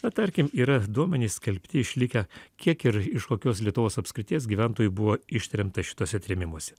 na tarkim yra duomenys skelbti išlikę kiek ir iš kokios lietuvos apskrities gyventojų buvo ištremta šituose trėmimuose